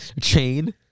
Chain